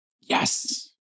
Yes